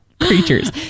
creatures